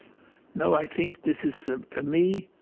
no, i think this is, for me,